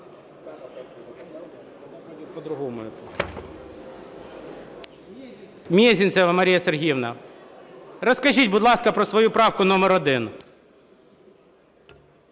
Мезенцева Марія Сергіївна, розкажіть, будь ласка, про свою правку номер 1.